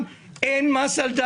ממוצע המיסוי